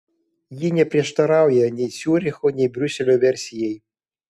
ji neprieštarauja nei ciuricho nei briuselio versijai